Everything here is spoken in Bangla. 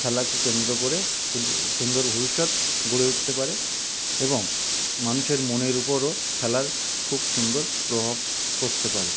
খেলাকে কেন্দ্র করে শুধু সুন্দর ভবিষ্যৎ গড়ে উঠতে পারে এবং মানুষের মনের উপরও খেলার খুব সুন্দর প্রভাব পড়তে পারে